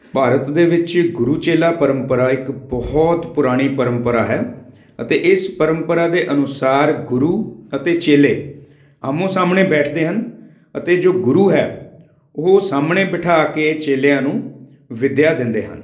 ਭਾਰਤ ਦੇ ਵਿੱਚ ਗੁਰੂ ਚੇਲਾ ਪਰੰਪਰਾ ਇੱਕ ਬਹੁਤ ਪੁਰਾਣੀ ਪਰੰਪਰਾ ਹੈ ਅਤੇ ਇਸ ਪਰੰਪਰਾ ਦੇ ਅਨੁਸਾਰ ਗੁਰੂ ਅਤੇ ਚੇਲੇ ਆਹਮੋ ਸਾਹਮਣੇ ਬੈਠਦੇ ਹਨ ਅਤੇ ਜੋ ਗੁਰੂ ਹੈ ਉਹ ਸਾਹਮਣੇ ਬਿਠਾ ਕੇ ਚੇਲਿਆਂ ਨੂੰ ਵਿੱਦਿਆ ਦਿੰਦੇ ਹਨ